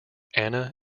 anna